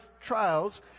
trials